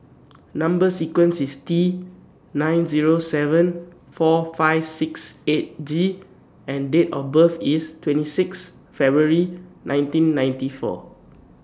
Number sequence IS T nine Zero seven four five six eight G and Date of birth IS twenty six February nineteen ninety four